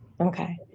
Okay